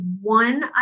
one